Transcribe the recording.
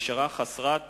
ונשארה חסרת